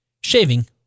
Shaving